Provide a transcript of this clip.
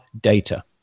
data